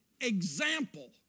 example